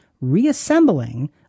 reassembling